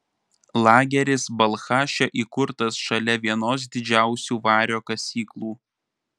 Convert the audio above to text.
lageris balchaše įkurtas šalia vienos didžiausių vario kasyklų